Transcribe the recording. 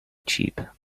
cheap